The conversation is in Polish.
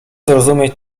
zrozumieć